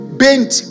bent